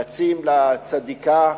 רצים לצדיקה,